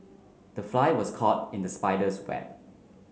the fly was caught in the spider's web